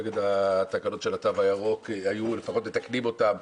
נגד התקנות של התו הירוק לפחות היו מתקנים אותן,